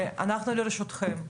אנחנו לרשותכם,